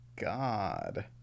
God